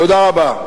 תודה רבה.